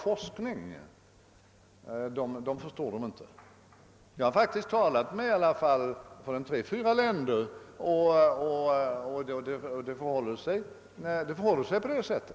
folk skulle sluta att studera efter en grundexamen på cirka tre år därför att examen med längre studietid är en forskarutbildningsexamen. Jag har faktiskt talat med personer från tre, fyra länder, och det förhåller sig i själva verket så som jag nämnde.